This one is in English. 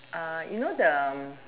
uh you know the